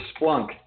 Splunk